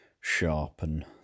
sharpen